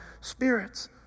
spirits